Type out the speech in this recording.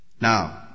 Now